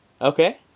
Okay